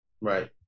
right